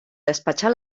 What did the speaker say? despatxar